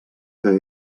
que